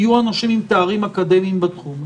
יהיו אנשים עם תארים אקדמיים בתחום,